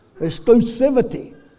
Exclusivity